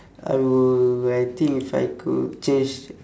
I would I think if I could change